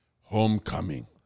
homecoming